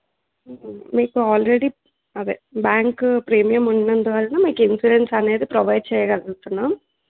మీకు ఆల్రెడీ అవే bank premium ఉన్నంత వరకు మీకు ఇన్సూరెన్స్ అనేది ప్రొవైడ్ చేయగలుగుతున్నాం